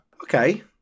Okay